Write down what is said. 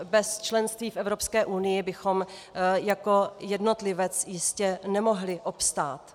Bez členství v Evropské unii bychom jako jednotlivec jistě nemohli obstát.